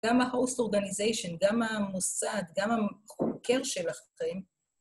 גם ה-host organization, גם המוסד, גם החוקר שלכם.